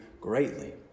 greatly